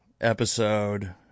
episode